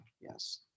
Yes